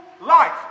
life